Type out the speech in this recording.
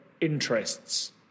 interests